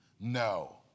No